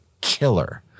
killer